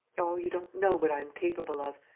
oh, you don't know what i am capable of.